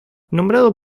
nombrado